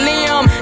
Liam